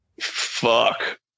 fuck